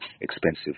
expensive